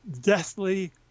deathly